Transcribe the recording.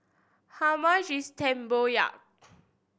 how much is Tempoyak